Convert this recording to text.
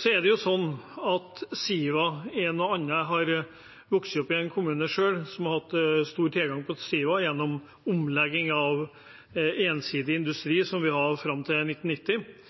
Så er det jo sånn at Siva er noe annet. Jeg har selv vokst opp i en kommune som har hatt stor tilgang til Siva gjennom omlegging av ensidig industri, som vi hadde fram til 1990.